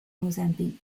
mozambique